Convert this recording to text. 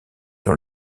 dans